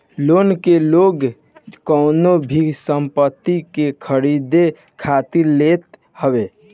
loan के लोग कवनो भी संपत्ति के खरीदे खातिर लेत हवे